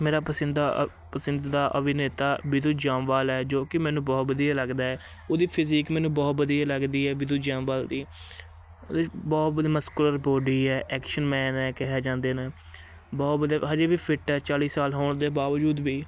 ਮੇਰਾ ਪਸਿੰਦਾ ਪਸੰਦਿਦਾ ਅਭਿਨੇਤਾ ਵਿਧੂ ਜੋਂਬਾਲ ਹੈ ਜੋ ਕਿ ਮੈਨੂੰ ਬਹੁਤ ਵਧੀਆ ਲੱਗਦਾ ਏ ਉਹਦੀ ਫਿਜ਼ਿਕ ਮੈਨੂੰ ਬਹੁਤ ਵਧੀਆ ਲੱਗਦੀ ਹੈ ਵਿਧੂ ਜੋਂਬਾਲ ਦੀ ਉਹਦੀ ਬਹੁਤ ਵਧੀਆ ਮਸਕੂਲਰ ਬੋਡੀ ਹੈ ਐਕਸ਼ਨ ਮੈਨ ਹੈ ਕਿਹਾ ਜਾਂਦੇ ਨੇ ਬਹੁਤ ਵਧੀਆ ਹਜੇ ਵੀ ਫਿੱਟ ਹੈ ਚਾਲ੍ਹੀ ਸਾਲ ਹੋਣ ਦੇ ਬਾਵਜੂਦ ਵੀ